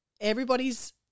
everybody's